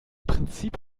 prinzip